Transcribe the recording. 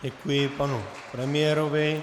Děkuji panu premiérovi.